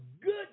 good